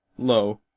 lo,